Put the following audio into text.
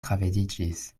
gravediĝis